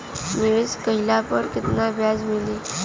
निवेश काइला पर कितना ब्याज मिली?